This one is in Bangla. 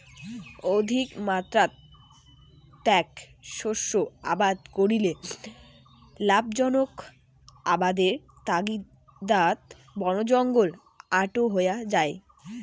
অধিকমাত্রাত এ্যাক শস্য আবাদ করিলে লাভজনক আবাদের তাগিদাত বনজঙ্গল আটো হয়া যাই